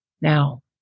Now